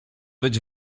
być